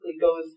goes